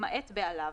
למעט בעליו,